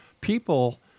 people